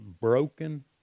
broken